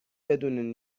بدون